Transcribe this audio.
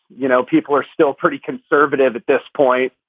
you know, people are still pretty conservative at this point,